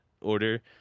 order